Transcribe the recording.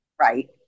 Right